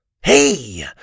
Hey